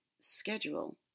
schedule